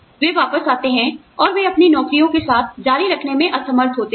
वे वापस आते हैं और वे अपनी नौकरियों के साथ जारी रखने में असमर्थ होते हैं